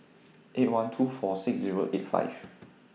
eight one two four six Zero eight five